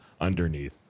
underneath